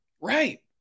right